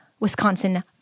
wisconsin